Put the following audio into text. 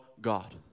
God